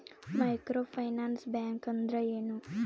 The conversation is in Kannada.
ಮೈಕ್ರೋ ಫೈನಾನ್ಸ್ ಬ್ಯಾಂಕ್ ಅಂದ್ರ ಏನು?